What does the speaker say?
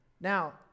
Now